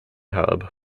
hub